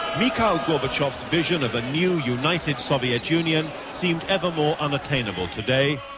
mikhail gorbachev's vision of a new united soviet union seemed evermore unattainable today.